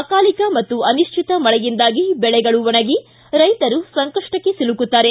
ಅಕಾಲಿಕ ಮತ್ತು ಅನಿಶ್ಚಿತ ಮಳೆಯಿಂದಾಗಿ ಬೆಳೆಗಳು ಒಣಗಿ ರೈತರು ಸಂಕಷ್ಷಕ್ಕೆ ಸಿಲುಕುತ್ತಾರೆ